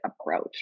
approach